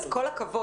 אז כל הכבוד.